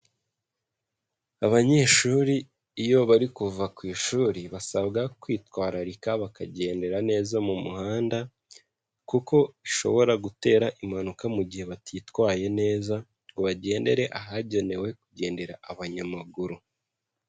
Abanyeshuri, iyo bari kuva ku ishuri, basabwa kwitwararika bakagendera neza mu muhanda, kuko bishobora gutera impanuka mu gihe batitwaye neza, ngo bagendere ahagenewe kugendera abanyamaguru.